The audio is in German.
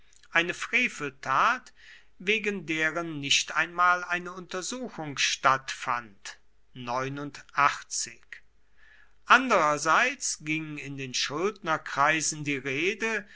eine freveltat wegen deren nicht einmal eine untersuchung stattfand andererseits ging in den schuldnerkreisen die rede